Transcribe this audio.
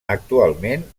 actualment